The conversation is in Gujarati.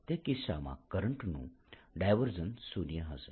તે કિસ્સામાં કરંટ નું નું ડાયવર્જન્સ શૂન્ય હશે